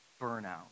burnout